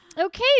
okay